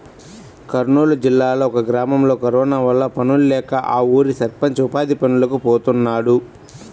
కర్నూలు జిల్లాలో ఒక గ్రామంలో కరోనా వల్ల పనుల్లేక ఆ ఊరి సర్పంచ్ ఉపాధి పనులకి పోతున్నాడు